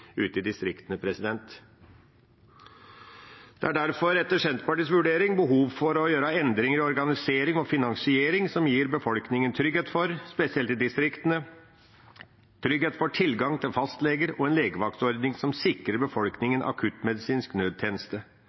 ute i distriktene. Det er derfor etter Senterpartiets vurdering behov for å gjøre endringer i organisering og finansiering som gir befolkningen spesielt i distriktene trygghet for tilgang til fastleger, og en legevaktsordning som sikrer befolkningen akuttmedisinsk nødtjeneste.